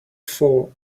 for